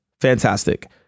Fantastic